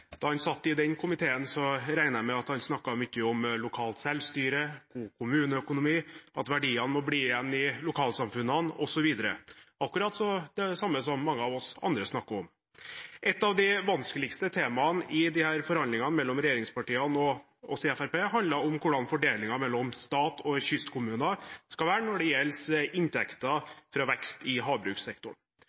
Da han satt i den komiteen, regner jeg med at han snakket mye om lokalt selvstyre, god kommuneøkonomi, at verdiene må bli igjen i lokalsamfunnene, osv. – akkurat det samme som mange av oss andre snakker om. Et av de vanskeligste temaene i forhandlingene mellom regjeringspartiene og oss i Fremskrittspartiet handlet om hvordan fordelingen mellom stat og kystkommuner skal være når det gjelder inntekter fra vekst i havbrukssektoren.